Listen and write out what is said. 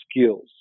skills